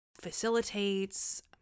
facilitates